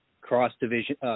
cross-division